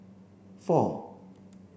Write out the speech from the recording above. four